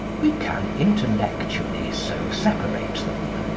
we can intellectually so separate them.